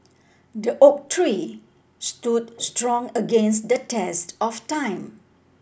the oak tree stood strong against the test of time